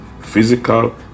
physical